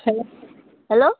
hello hello